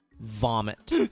Vomit